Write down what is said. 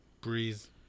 Breeze